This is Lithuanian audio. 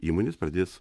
įmonės pradės